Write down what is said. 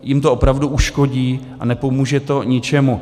Jim to opravdu uškodí a nepomůže to ničemu.